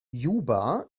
juba